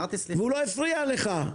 והוא לא הפריע לך.